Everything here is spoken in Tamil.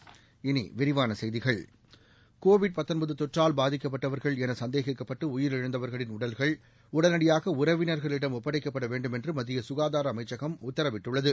இனி விரிவான செய்திகள் கோவிட் தொற்றால் பாதிக்கப்பட்டவர்கள் என சந்தேகிக்கப்பட்டு உயிரிழந்தவர்களின் உடல்கள் உடனடியாக உறவினர்களிடம் ஒப்படைக்கப்பட வேண்டும் என்று மத்திய சுகாதார அமைச்சகம் உத்தரவிட்டுள்ளது